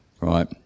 Right